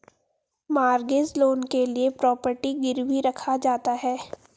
mortgage loan के लिए property गिरवी रखा जाता है